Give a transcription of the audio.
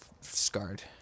scarred